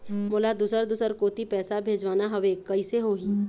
मोला दुसर दूसर कोती पैसा भेजवाना हवे, कइसे होही?